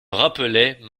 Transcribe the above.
rappelaient